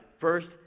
first